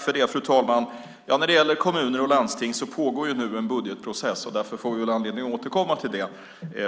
Fru talman! När det gäller kommuner och landsting pågår nu en budgetprocess. Vi får därför anledning att återkomma till det